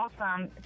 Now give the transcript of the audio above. awesome